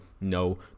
no